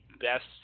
best